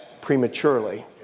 prematurely